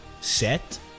set